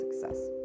success